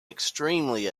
extremely